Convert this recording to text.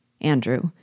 Andrew